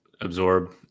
absorb